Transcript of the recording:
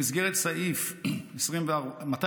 במסגרת סעיף 249(33)